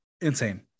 insane